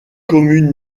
commune